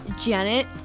Janet